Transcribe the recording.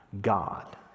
God